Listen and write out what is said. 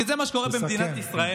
כי זה מה שקורה במדינת ישראל,